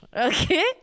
Okay